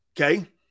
Okay